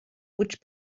which